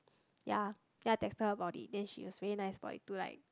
ya then I texted her about it then she was very nice about it to like